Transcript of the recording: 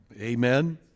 Amen